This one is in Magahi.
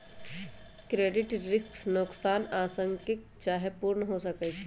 क्रेडिट रिस्क नोकसान आंशिक चाहे पूर्ण हो सकइ छै